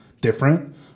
different